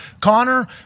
Connor